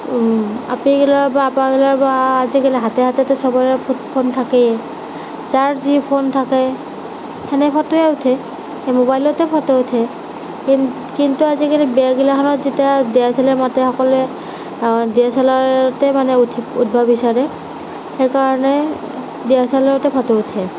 আপিগিলাৰ বা আপাগিলাৰ বা আজিকালি হাতে হাতেটো চবৰে ফোন ফোন থাকেই যাৰ যি ফোন থাকে সেনে ফটোৱে উঠে সেই মোবাইলতে ফটো উঠে কিন কিন্তু আজিকালি বিয়াগিলাখনত যেতিয়া ডি এছ এল আৰ মাতে সকলোৱে ডি এছ এল আৰতে মানে উঠি উঠবা বিচাৰে সেইকাৰণে ডি এছ এল আৰতে ফটো উঠে